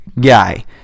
guy